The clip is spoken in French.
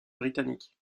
britanniques